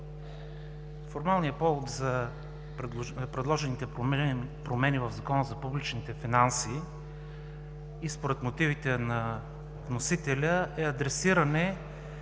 Формалният повод за предложените промени в Закона за публичните финанси и според мотивите на вносителя е адресиране